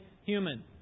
human